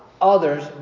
others